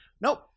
Nope